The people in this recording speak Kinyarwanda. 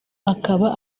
akaba